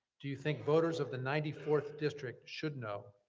do you think voters of the ninety fourth district should know,